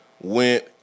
went